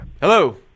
Hello